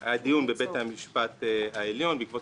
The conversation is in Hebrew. היה דיון בבית המשפט העליון בעקבות